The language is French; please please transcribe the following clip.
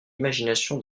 imagination